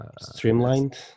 Streamlined